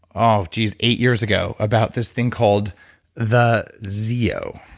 oh geez, eight years ago, about this thing called the zeo,